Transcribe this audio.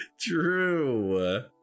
True